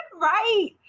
Right